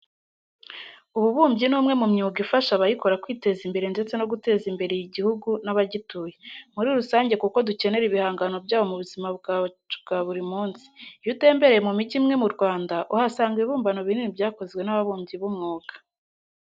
Ububumbyi ni umwe mu myuga ifasha abayikora kwiteza imbere ndetse no guteza imbere igihugu n'abagituye muri rusange kuko dukenera ibihangano byabo mu buzima bwacu bwa buri munsi. Iyo utembereye mu migi imwe mu Rwanda, uhasanga ibibumbano binini byakozwe n'ababumbyi b'umwuga.